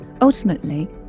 Ultimately